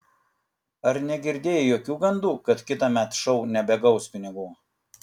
ar negirdėjai jokių gandų kad kitąmet šou nebegaus pinigų